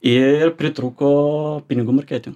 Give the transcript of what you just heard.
ir pritrūko pinigų mokėti